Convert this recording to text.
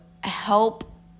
help